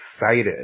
excited